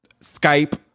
Skype